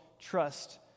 trust